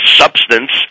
substance